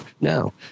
No